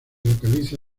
localiza